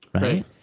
Right